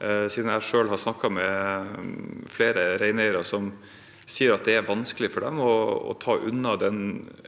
Jeg har selv snakket med flere reineiere som sier at det er vanskelig for dem å ta unna den